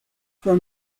for